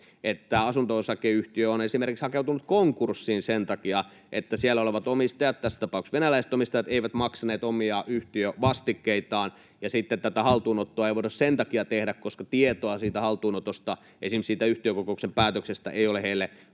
että asunto-osakeyhtiö on esimerkiksi hakeutunut konkurssiin sen takia, että siellä olevat omistajat — tässä tapauksessa venäläiset omistajat — eivät ole maksaneet omia yhtiövastikkeitaan, ja sitten tätä haltuunottoa ei voida tehdä sen takia, että tietoa siitä haltuunotosta, esimerkiksi yhtiökokouksen päätöksestä, ei ole heille